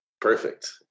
Perfect